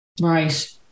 Right